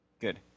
good